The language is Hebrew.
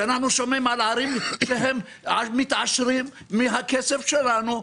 שאנחנו שומעים על ערים שהם מתעשרים מהכסף שלנו.